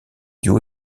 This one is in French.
duo